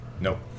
Nope